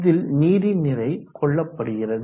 இதில் நீரின் நிறை கொள்ளப்படுகிறது